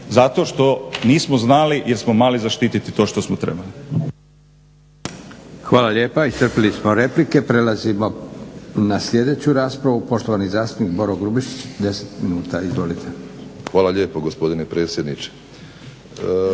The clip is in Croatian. zato što nismo znali jer smo mali zaštititi to što smo trebali. **Leko, Josip (SDP)** Hvala lijepa. Iscrpili smo replike. Prelazimo na sljedeću raspravu. Poštovani zastupnik Boro Grubišić, deset minuta. Izvolite. **Grubišić, Boro (HDSSB)** Hvala lijepo gospodine predsjedniče.